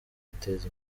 guteza